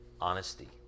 honesty